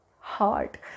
hard